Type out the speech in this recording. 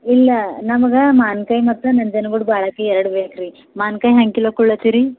ಇಲ್ಲ ನಮ್ಗೆ ಮಾವಿನ್ಕಾಯಿ ಮತ್ತು ನಂಜನಗೂಡು ಬಾಳೆಕಾಯಿ ಎರಡು ಬೇಕ್ರೀ ಮಾವಿನ್ಕಾಯಿ ಹೆಂಗೆ ಕಿಲೋ ಕೊಡ್ಲತ್ತಿರೀ